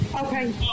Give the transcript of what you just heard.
Okay